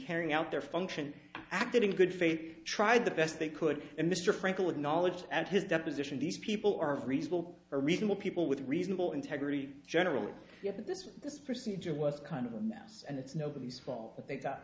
carrying out their function acted in good faith tried the best they could and mr frankl acknowledged and his deposition these people are reasonable or reasonable people with reasonable integrity generally this this procedure was kind of a mess and it's nobody's fault but they got